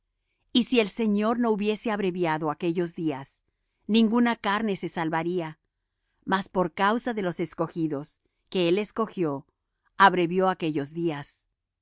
y si el señor no hubiese abreviado aquellos días ninguna carne se salvaría mas por causa de los escogidos que él escogió abrevió aquellos días